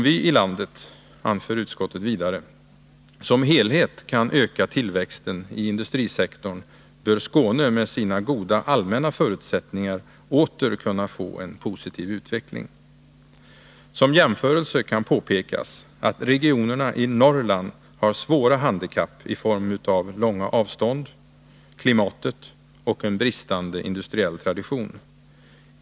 Utskottet anför vidare att om vi i landet som helhet kan öka tillväxten i industrisektorn, bör Skåne med sina goda allmänna förutsättningar åter kunna få en positiv utveckling. Som jämförelse kan påpekas att regionerna i Norrland har svåra handikapp i form av långa avstånd, klimatet och en bristande industriell tradition.